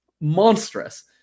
monstrous